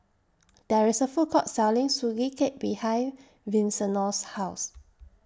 There IS A Food Court Selling Sugee Cake behind Vincenzo's House